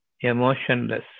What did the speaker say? emotionless